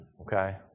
Okay